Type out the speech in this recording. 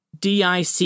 DIC